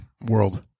world